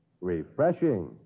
refreshing